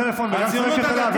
את גם עם הטלפון וגם צועקת עליו.